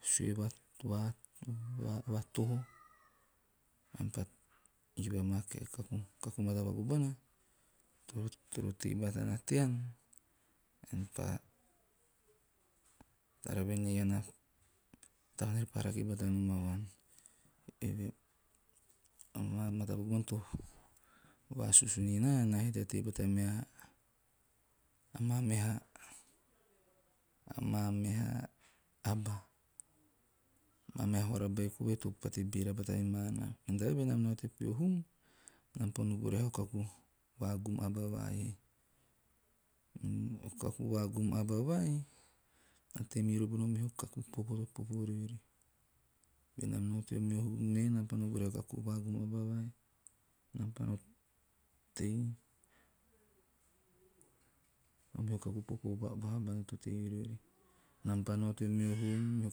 Sue va toho, ean pa eove kaku kaku matapaku bona, toro tei batana tean, ean pa tara voen ei eaan a tavaan pa rak bata nam vuan. Eve amaa matapaku bona to vasusu niroho naa enam he tea tei bata mea amaa meha aba, amaa meha vahara beiko vai to pate veera bata mima naa. Mene tabae benam nao teo peho hum, nam pa no vurahe o kaku vagum aba vai. O kaku vagum aba vai, na tei mirori bono meho kaku popo to popo riori. Benam nao teo meho hum me nam pa no vurahe o kaku vagum aba vai, nam pa no tei, o meho kaku popo vaha bana to tei miriorri, na pa nao tea meho hum, meho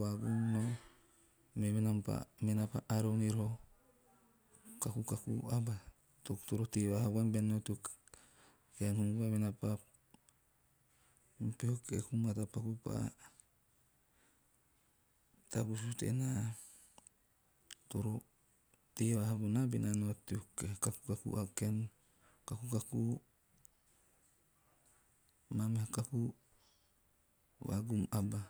vagum, nao menaa pa arau nio kaku kakuu aba, toro tei vavaha vaian bean nao teo kaen hum vai mena pa tavusu tenaa, toro tei vavaha teo kaku maa meha kaku vagum aba.